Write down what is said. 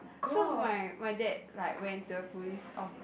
so my my dad like went to the police of